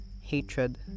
hatred